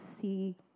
see